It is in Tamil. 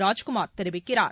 ராஜ்குமார் தெரிவிக்கிறார்